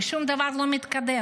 ושום דבר לא מתקדם.